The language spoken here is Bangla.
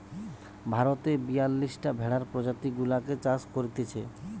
ভারতে বিয়াল্লিশটা ভেড়ার প্রজাতি গুলাকে চাষ করতিছে